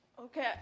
Okay